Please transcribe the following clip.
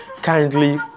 Kindly